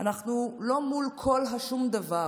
אנחנו לא מול כל השום-דבר,